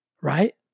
right